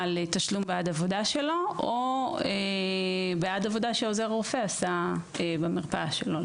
לתשלום בעד עבודה שלו או בעד עבודה שעוזר רופא עשה במרפאה שלו.